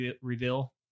Reveal